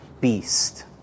beast